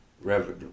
revenue